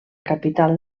capital